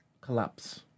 collapse